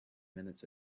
minutes